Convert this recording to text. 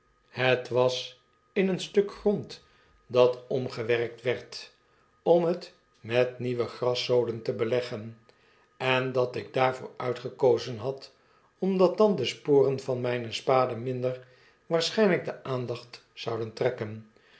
het was in een stuk grond aat omgewerkt werd om het met nieuwe graszoden te beleggen en dat ik daarvoor uitgekozen had omdat dan de sporen van myne spade minder waarschynl jk de aandacht zouden trekken